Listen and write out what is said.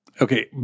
Okay